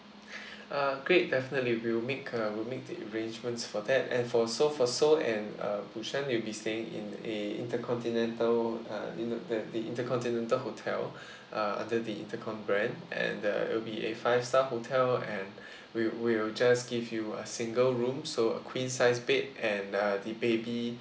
uh great definitely we'll make uh we'll make the arrangements for that and for seoul for seoul and uh busan you'll be staying in a intercontinental uh inter~ the the intercontinental hotel uh under the intercom brand and uh it will be a five star hotel and we we'll just give you a single room so a queen size bed and uh the baby